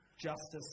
justice